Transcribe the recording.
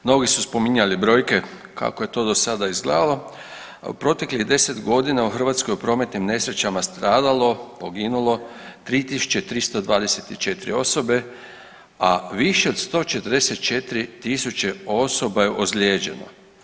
Mnogi su spominjali brojke kako je to do sada izgledalo, a u proteklih 10 godina je u Hrvatskoj u prometnim nesrećama stradalo, poginulo 3324 osobe, a više od 144 000 osoba je ozlijeđeno.